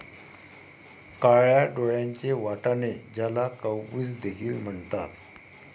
काळ्या डोळ्यांचे वाटाणे, ज्याला काउपीस देखील म्हणतात